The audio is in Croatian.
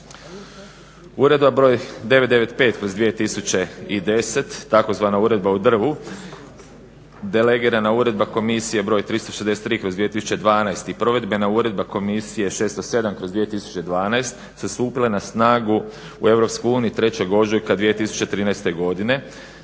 Uredba broj 995/2010 tzv. Uredba o drvu, Delegirana uredba komisije br. 363/2012 i Provedbena uredba komisije 607/2012 su stupile na snagu u EU 3.ožujka 2013.godine